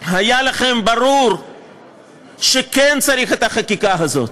היה לכם ברור שכן צריך את החקיקה הזאת?